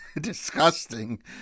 disgusting